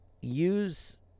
use